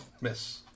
Miss